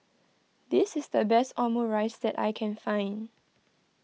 this is the best Omurice that I can find